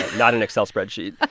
not an excel spreadsheet.